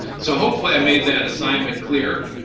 so hopefully i made that assignment clear,